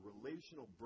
relational